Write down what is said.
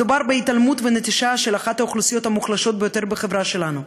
מדובר בהתעלמות ונטישה של אחת האוכלוסיות המוחלשות ביותר בחברה שלנו,